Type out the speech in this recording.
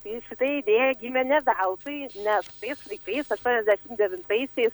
tai šita idėja gimė ne veltui nes tais laikais aštuoniasdešim devintaisiais